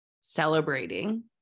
celebrating